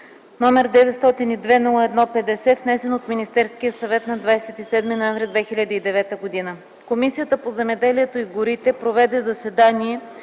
№ 902-01-50, внесен от Министерския съвет на 27 ноември 2009 г. Комисията по земеделието и горите проведе заседание